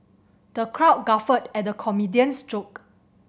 the crowd guffawed at the comedian's joke